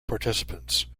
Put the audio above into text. participants